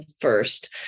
first